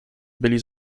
byli